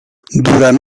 durant